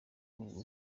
ubu